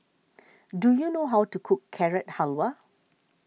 do you know how to cook Carrot Halwa